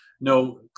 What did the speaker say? no